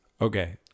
okay